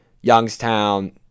Youngstown